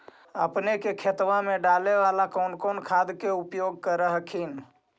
अपने के खेतबा मे डाले बाला कौन कौन खाद के उपयोग कर हखिन?